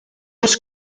was